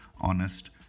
honest